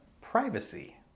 privacy